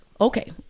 okay